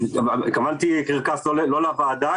התכוונתי קרקס לא לוועדה,